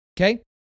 okay